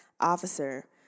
officer